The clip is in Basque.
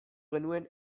genuen